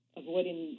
avoiding